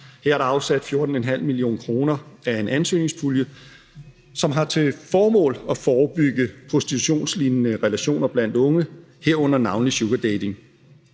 Her er der afsat 14,5 mio. kr. af en ansøgningspulje, som har til formål at forebygge prostitutionslignende relationer blandt unge, herunder navnlig sugardating.